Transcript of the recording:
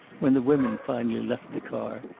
when the women finally left the car,